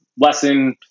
Lesson